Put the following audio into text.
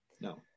No